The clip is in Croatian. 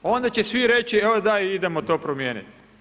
Onda će svi reći joj da idemo to promijeniti.